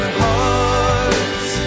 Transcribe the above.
hearts